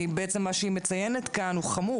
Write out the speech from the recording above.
כי מה שהיא מציינת כאן הוא חמור.